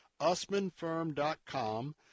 usmanfirm.com